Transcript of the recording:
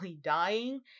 dying